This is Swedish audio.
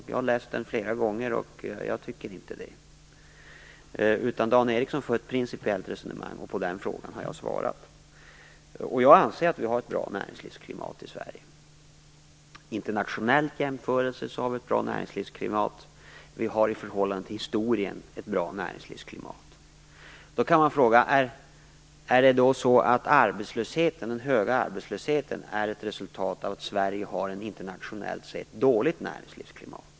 Jag har läst den flera gånger, och jag tycker inte det. Dan Ericsson för ett principiellt resonemang, och jag har svarat på det. Jag anser att vi har ett bra näringslivsklimat i Sverige. Vid en internationell jämförelse har vi ett bra näringslivsklimat, och vi har det i förhållande till historien. Då kan man fråga om den höga arbetslösheten är ett resultat av att Sverige har ett internationellt sett dåligt näringslivsklimat.